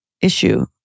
issue